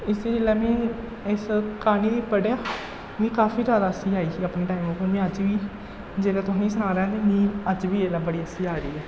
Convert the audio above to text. इसी जिसलै मिगी इस क्हानी गी पढ़ेआ मिगी काफी जैदा हस्सी आई ही अपने टाइम उप्पर मिगी अज्ज बी जेल्लै तुसेंगी सनां दी आं ते मिगी अज्ज बी एल्लै बड़ी हस्सी आ दी ऐ